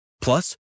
Plus